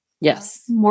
Yes